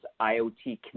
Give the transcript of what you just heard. IoT